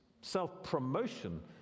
self-promotion